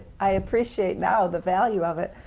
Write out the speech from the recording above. i appreciate now the value of it,